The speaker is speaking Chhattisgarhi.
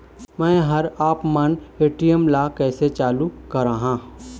मैं हर आपमन ए.टी.एम ला कैसे चालू कराहां?